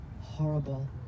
horrible